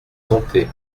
santé